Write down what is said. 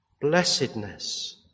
blessedness